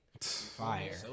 Fire